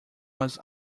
was